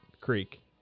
creek